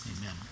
Amen